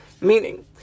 Meaning